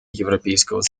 европейского